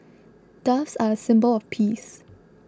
doves are a symbol of peace